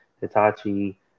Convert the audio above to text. Hitachi